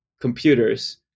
computers